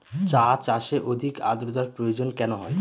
চা চাষে অধিক আদ্রর্তার প্রয়োজন কেন হয়?